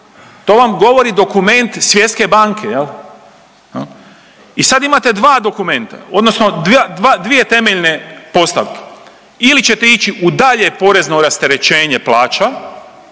to vam govori dokument Svjetske banke. I sad imate dva dokumenta odnosno dvije temeljne postavke ili ćete ići u dalje porezno rasterećenje plaća,